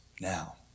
Now